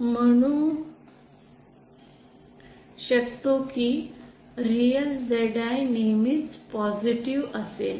म्हणू शकतो की रिअल ZI नेहमीच पॉसिटीव्ह असेल